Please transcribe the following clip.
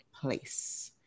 place